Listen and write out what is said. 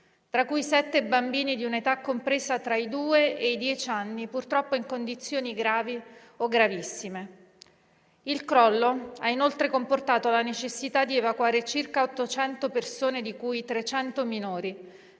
tra cui sette bambini di età compresa tra i due e i dieci anni, purtroppo in condizioni gravi o gravissime. Il crollo ha inoltre comportato la necessità di evacuare circa 800 persone, di cui 300 minori,